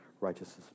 righteousness